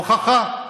הוכחה.